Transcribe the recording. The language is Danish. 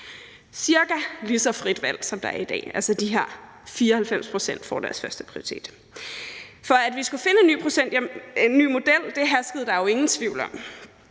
cirka lige så frit valg, som der er i dag, altså at det er de her 94 pct., der får deres førsteprioritet. At vi skulle finde en ny model, herskede der jo ingen tvivl om.